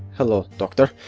hello, doctor.